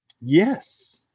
yes